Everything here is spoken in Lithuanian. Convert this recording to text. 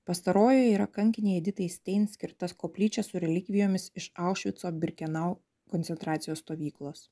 pastaroji yra kankinei editai stein skirta koplyčia su relikvijomis iš aušvico birkenau koncentracijos stovyklos